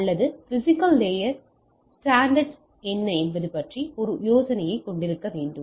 அல்லது physical layer standards என்ன என்பது பற்றிய ஒரு யோசனையைக் கொண்டிருக்க வேண்டும்